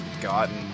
gotten